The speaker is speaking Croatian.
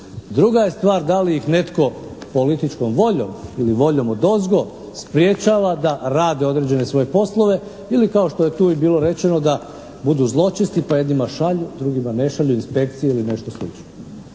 Druga je stvar da li ih netko političkom voljom ili voljom odozgo sprečava da rade određene svoje poslove ili kao što je tu i bilo rečeno da budu zločesti pa jednima šalju, drugima ne šalju inspekcije ili nešto slično.